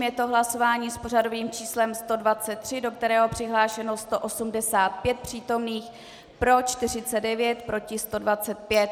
Je to hlasování s pořadovým číslem 123, do kterého je přihlášeno 185 přítomných, pro 49, proti 125.